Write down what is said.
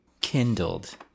kindled